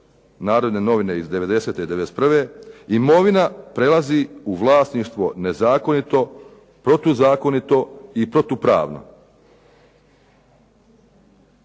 "Narodne novine" iz '90. i '91. imovina prelazi u vlasništvo nezakonito, protuzakonito i protupravno.